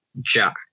Jack